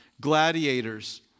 gladiators